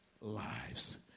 lives